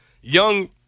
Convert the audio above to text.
young